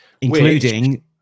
including